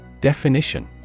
Definition